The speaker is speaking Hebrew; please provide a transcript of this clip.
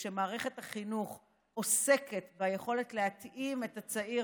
כשמערכת החינוך עוסקת ביכולת להתאים את הצעיר